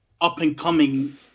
up-and-coming